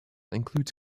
includes